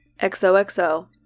XOXO